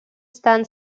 stan